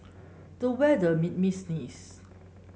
the weather made me sneeze